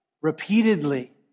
repeatedly